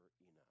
enough